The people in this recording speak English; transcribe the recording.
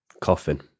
coffin